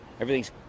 everything's